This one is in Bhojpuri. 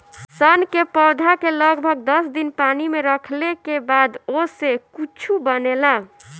सन के पौधा के लगभग दस दिन पानी में रखले के बाद ओसे कुछू बनेला